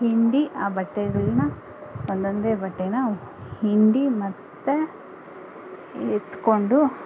ಹಿಂಡಿ ಆ ಬಟ್ಟೆಗಳನ್ನ ಒಂದೊಂದೇ ಬಟ್ಟೇನ ಹಿಂಡಿ ಮತ್ತೆ ಎತ್ಕೊಂಡು